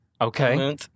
okay